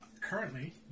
Currently